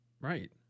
Right